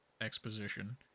exposition